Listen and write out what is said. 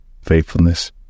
faithfulness